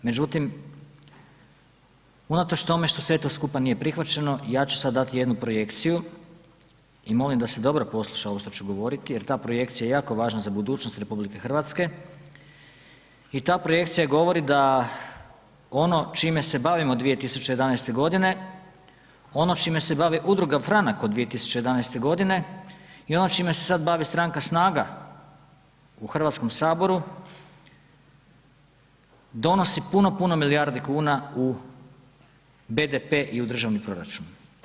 Međutim unatoč tome što sve to skupa nije prihvaćeno ja ću sada dati jednu projekciju i molim da se dobro posluša ovo što ću govoriti jer ta projekcija je jako važna za budućnost RH i ta projekcija govori da ono čime se bavimo 2011. godine, ono čime se bavi Udruga Franak od 2011. godine i ono čime se sada bavi stranka Snaga u Hrvatskom saboru donosi puno, puno milijardi kuna u BDP i u državni proračun.